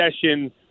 session